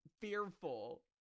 fearful